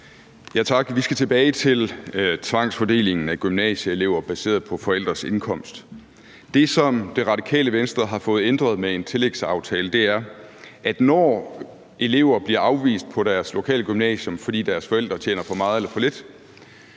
Vi skal tilbage og tale om tvangsfordelingen af gymnasieelever baseret på forældres indkomst. Det, som Radikale Venstre har fået ændret med en tillægsaftale, drejer sig om, når elever bliver afvist på deres lokale gymnasium, fordi deres forældre tjener for meget eller for lidt.